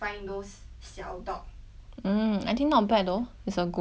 mm I think not bad though it's a good choice my mother one my mother